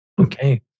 Okay